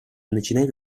начинает